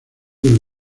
del